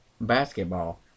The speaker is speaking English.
basketball